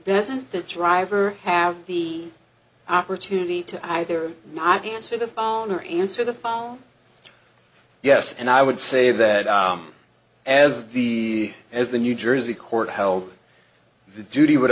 doesn't that driver have the opportunity to either not answer the phone or answer the phone yes and i would say that as the as the new jersey court held the duty would